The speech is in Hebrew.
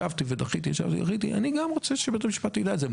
אני גם רוצה שבית המשפט יידע את זה.